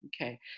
okay